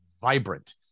vibrant